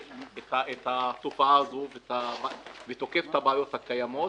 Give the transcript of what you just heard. יותר את התופעה הזו והיא תוקפת את הבעיות הקיימות.